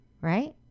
Right